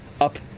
up